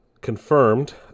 confirmed